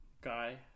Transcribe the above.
guy